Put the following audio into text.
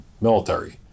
military